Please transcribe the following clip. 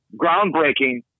groundbreaking